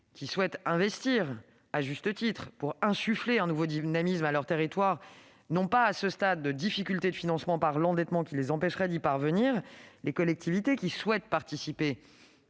qui souhaitent, à juste titre, investir pour insuffler un nouveau dynamisme à leur territoire n'ont pas, à ce stade, de difficulté de financement par l'endettement qui les empêcherait d'y parvenir. Les collectivités qui veulent participer